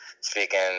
speaking